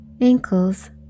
ankles